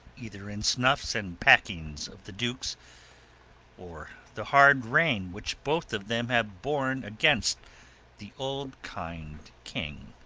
either in snuffs and packings of the dukes or the hard rein which both of them have borne against the old kind king